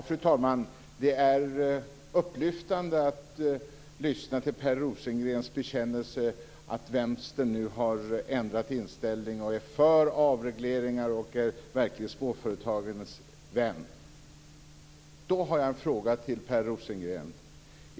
Fru talman! Det är upplyftande att lyssna till Per Rosengrens bekännelse att Vänstern nu har ändrat inställning och är för avregleringar och verkligen är småföretagens vän. Jag har en fråga till Per Rosengren.